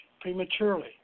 prematurely